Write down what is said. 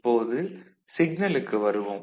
இப்போது சிக்னலுக்கு வருவோம்